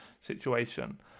situation